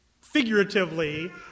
figuratively